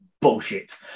bullshit